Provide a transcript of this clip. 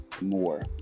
more